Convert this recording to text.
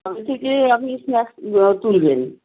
কবে থেকে আপনি স্ন্যাক্স তুলবেন